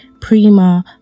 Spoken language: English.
prima